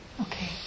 Okay